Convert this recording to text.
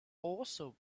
also